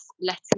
letting